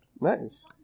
Nice